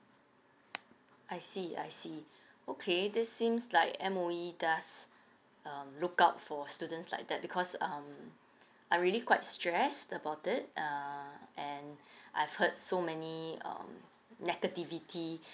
I see I see okay this seems like M_O_E does um look out for students like that because um I really quite stress about it err and I've heard so many um negativity